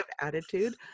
attitude